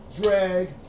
drag